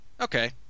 Okay